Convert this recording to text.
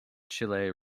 chile